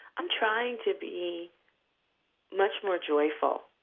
i'm trying to be much more joyful,